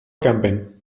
campaign